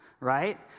Right